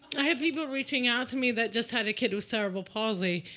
i have people reaching out to me that just had a kid with cerebral palsy,